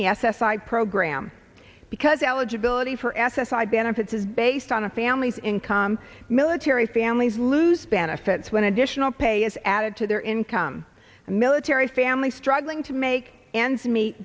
the s s i program because eligibility for s s i benefits is based on a family's income military families lose benefits when additional pay is added to their income and military families struggling to make ends meet